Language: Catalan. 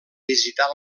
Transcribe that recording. visitar